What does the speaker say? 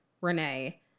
Renee